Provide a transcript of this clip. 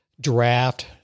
draft